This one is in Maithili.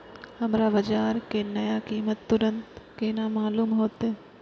हमरा बाजार के नया कीमत तुरंत केना मालूम होते?